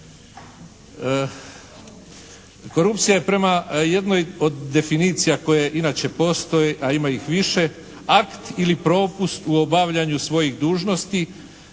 Korupcija je prema jednoj od definicija koje inače postoje a ima ih više akt ili propust u obavljanju svojih dužnosti